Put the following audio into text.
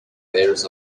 bears